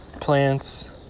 plants